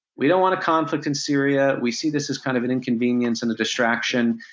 we don't want a conflict in syria, we see this as kind of an inconvenience and a distraction,